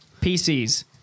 PCs